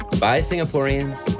bye singaporeans!